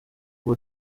kuba